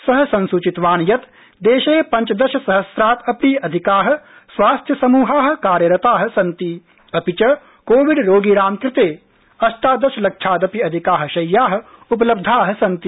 स संसुचितवान् यत् देशे पंचदशसहस्रात् अपि अधिका स्वास्थ्यसमृहा कार्यरणा सन्ति अपि च कोविड रोगिणां कृते अष्टादशलक्षदपि अधिका शय्या उपलब्ध सन्ति